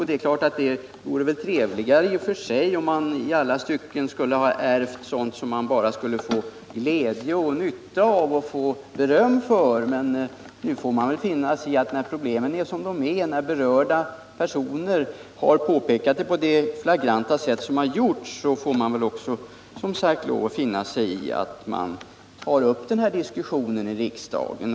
Det vore naturligtvis trevligare i och för sig om man i alla stycken ärvde sådant som man kunde få glädje och nytta av och få beröm för — men när problemen finns och när berörda personer har pekat på dem på det flagranta sätt som de har, får man finna sig i att den här diskussionen tas upp i riksdagen.